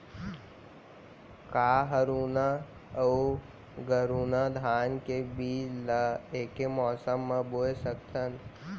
का हरहुना अऊ गरहुना धान के बीज ला ऐके मौसम मा बोए सकथन?